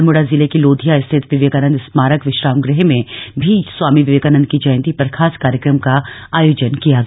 अल्मोड़ा जिले के लोधिया स्थित विवेकानंद स्मारक विश्राम गृह में भी स्वामी विवेकादनंद की जयंती पर खास कार्यक्रम का आयोजन किया गया